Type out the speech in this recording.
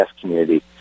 community